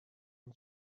این